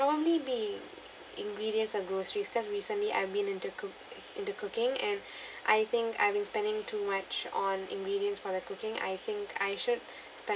probably be ingredients or groceries cause recently I've been into coo~ into cooking and I think I've been spending too much on ingredients for that cooking I think I should spend